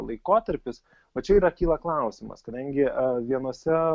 laikotarpis va čia yra kyla klausimas kadangi vienuose